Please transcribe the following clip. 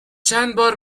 چندبار